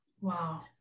Wow